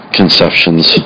conception's